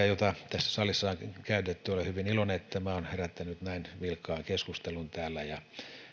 joita tässä salissa on käytetty olen hyvin iloinen että tämä on herättänyt näin vilkkaan keskustelun täällä